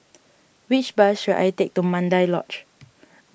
which bus should I take to Mandai Lodge